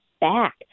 back